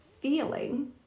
feeling